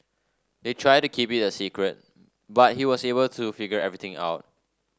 they tried to keep it a secret but he was able to figure everything out